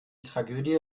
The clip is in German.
tragödie